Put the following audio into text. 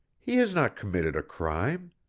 he has not committed a crime.